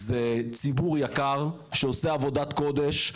זה ציבור יקר, שעושה עבודת קודש.